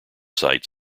site